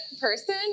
person